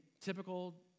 typical